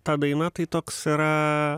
ta daina tai toks yra